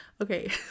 Okay